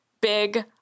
big